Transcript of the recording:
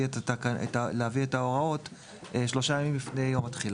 את ההוראות שלושה ימים לפני יום התחילה.